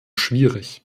schwierig